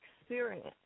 experience